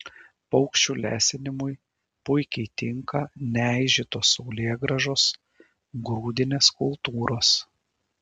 paukščių lesinimui puikiai tinka neaižytos saulėgrąžos grūdinės kultūros